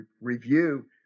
review